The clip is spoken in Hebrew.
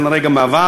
כנראה גם בעבר.